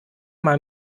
mal